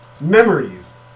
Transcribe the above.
memories